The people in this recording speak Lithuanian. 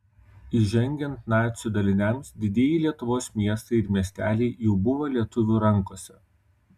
įžengiant nacių daliniams didieji lietuvos miestai ir miesteliai jau buvo lietuvių rankose